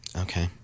Okay